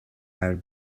are